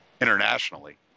internationally